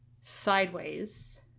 Sideways